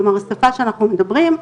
כלומר שפה שאנחנו מדברים,